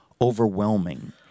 overwhelming